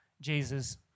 Jesus